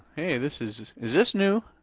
hey this is, is this new?